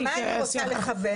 למה אני רוצה לכוון?